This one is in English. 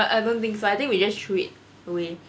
I don't think so I think we just threw it away